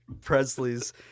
Presley's